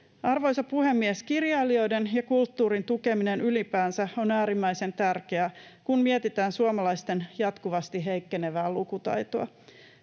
Arvoisa puhemies! Kirjailijoiden ja kulttuurin tukeminen ylipäänsä on äärimmäisen tärkeää, kun mietitään suomalaisten jatkuvasti heikkenevää lukutaitoa.